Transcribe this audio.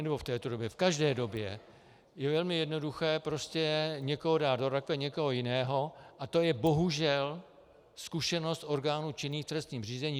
Nebo v této době v každé době je velmi jednoduché prostě někoho dát do rakve někoho jiného a to je bohužel zkušenost orgánů činných v trestním řízení.